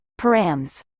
params